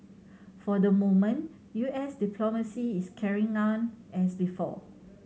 for the moment U S diplomacy is carrying on as before